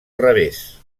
revés